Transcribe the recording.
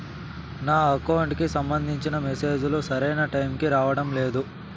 నా అకౌంట్ కి సంబంధించిన మెసేజ్ లు సరైన టైముకి రావడం లేదు